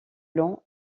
lent